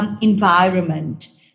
environment